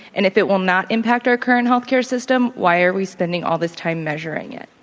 and if it will not impact our current healthcare system, why are we spending all this time measuring it?